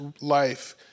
life